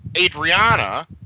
Adriana